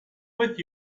with